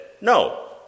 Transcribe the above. no